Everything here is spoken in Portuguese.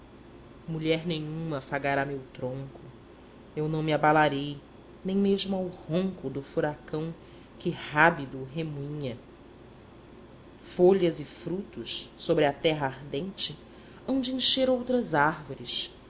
mulher nenhuma afagará meu tronco eu não me abalarei nem mesmo ao ronco do furacão que rábido remoinha folhas e frutos sobre a terra ardente hão de encher outras árvores